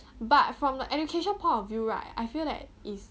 but from the education point of view right I feel that is